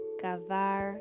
gavar